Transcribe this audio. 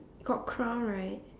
got crown right